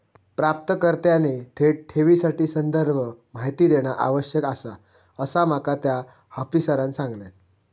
प्राप्तकर्त्याने थेट ठेवीसाठी संदर्भ माहिती देणा आवश्यक आसा, असा माका त्या आफिसरांनं सांगल्यान